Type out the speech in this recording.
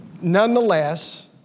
Nonetheless